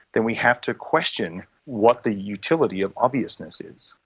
then we have to question what the utility of obviousness is.